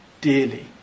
dearly